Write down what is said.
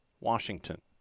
Washington